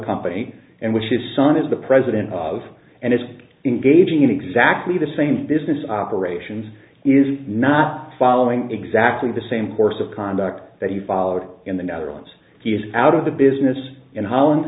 company and which his son is the president of and is engaging in exactly the same business operations is not following exactly the same course of conduct that you followed in the netherlands he is out of the business in holland